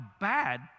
bad